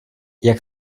jak